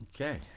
Okay